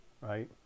Right